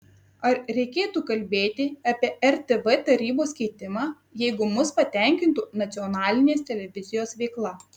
ar reikėtų kalbėti apie rtv tarybos keitimą jeigu mus patenkintų nacionalinės televizijos veikla